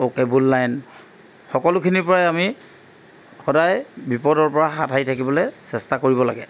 ও cable line সকলোখিনিৰ পৰাই আমি সদায় বিপদৰ পৰা হাত সাৰি থাকিবলৈ চেষ্টা কৰিব লাগে